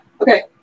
okay